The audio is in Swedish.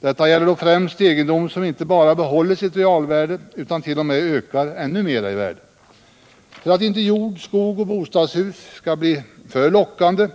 Detta gäller då främst egendom som inte bara behåller sitt realvärde utan t.o.m. ökar ännu mer i värde. För att inte jord, skog och bostadshus skall bli för lockande